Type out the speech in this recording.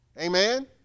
Amen